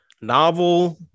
novel